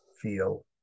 feel